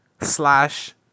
slash